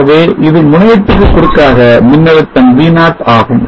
ஆகவே இது முனையத்திற்கு குறுக்காக மின்னழுத்தம் V0 ஆகும்